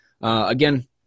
Again